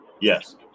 Yes